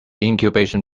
incubation